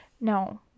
No